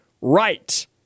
right